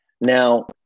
Now